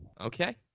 Okay